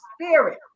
spirit